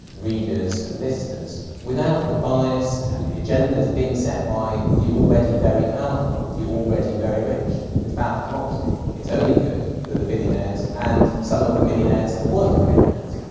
readers and listeners without the bias and the agendas being set by the already very powerful the already very rich. it's bad for democracy it's only good for the billionaires and some of the millionaires that work for the billionaires.